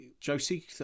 Josie